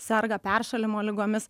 serga peršalimo ligomis